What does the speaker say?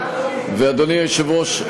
ואדוני היושב-ראש,